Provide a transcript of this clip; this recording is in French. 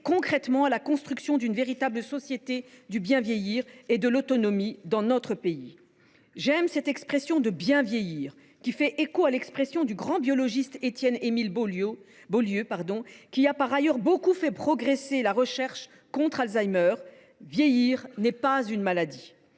concrètement à la construction d’une véritable société du bien vieillir et de l’autonomie dans notre pays. J’aime cette expression de « bien vieillir », car elle fait écho à la formule du grand biologiste Étienne Émile Baulieu, qui a beaucoup fait progresser la recherche contre la maladie d’Alzheimer :« Vieillir n’est pas une maladie.